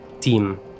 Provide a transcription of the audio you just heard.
team